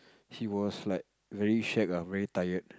she was like very shag ah very tired